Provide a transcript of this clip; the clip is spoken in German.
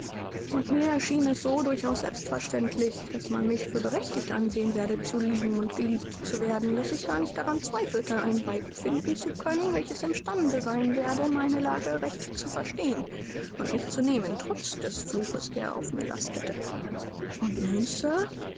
und mir erschien es so durchaus selbstverständlich daß man mich für berechtigt ansehen werde zu lieben und geliebt zu werden daß ich gar nicht daran zweifelte ein weib finden zu können welches imstande sein werde meine lage recht zu verstehen und mich zu nehmen trotz des fluches der auf mir lastete und nun